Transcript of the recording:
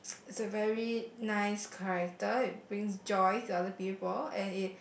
is a very nice character it brings joy to other people and it